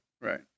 right